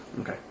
Okay